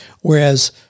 Whereas